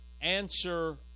answer